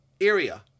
area